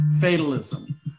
fatalism